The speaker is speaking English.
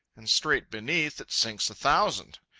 and straight beneath it sinks a thousand.